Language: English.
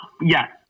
Yes